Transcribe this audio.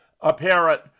apparent